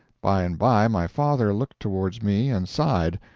by and by my father looked towards me and sighed.